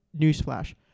newsflash